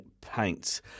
paints